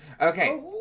Okay